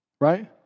right